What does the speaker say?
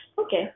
Okay